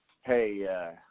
hey